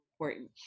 important